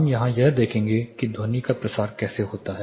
हम यहां यह देखेंगे कि ध्वनि का प्रसार कैसे होता है